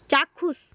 চাক্ষুষ